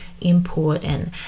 important